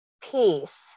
peace